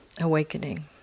awakening